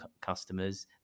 customers